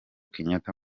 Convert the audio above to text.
kenyatta